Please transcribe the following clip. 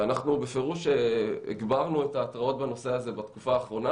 אנחנו בפירוש הגברנו את ההתראות בנושא הזה בתקופה האחרונה,